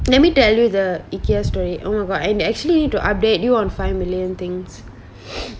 let me tell you the ikea story oh my god I actually need to update you on five million things